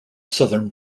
southern